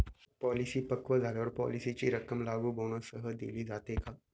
Policy पक्व झाल्यावर पॉलिसीची रक्कम लागू बोनससह दिली जाते का?